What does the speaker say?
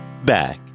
Back